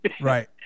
Right